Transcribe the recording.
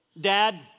Dad